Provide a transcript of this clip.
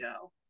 go